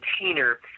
container